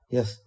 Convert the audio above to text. Yes